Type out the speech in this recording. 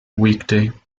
weekday